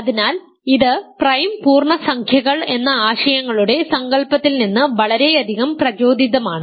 അതിനാൽ ഇത് പ്രൈം പൂർണ്ണസംഖ്യകൾ എന്ന ആശയങ്ങളുടെ സങ്കൽപ്പത്തിൽ നിന്ന് വളരെയധികം പ്രചോദിതമാണ്